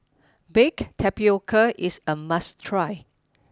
Baked Tpioca is a must try